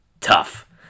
tough